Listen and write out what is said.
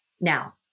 now